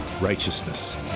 righteousness